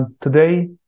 today